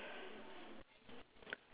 the next thing next to the children